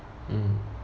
mm